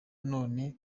none